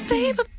Baby